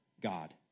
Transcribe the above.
God